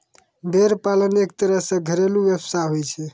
भेड़ पालन एक तरह सॅ घरेलू व्यवसाय होय छै